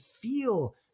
feel